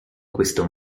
questo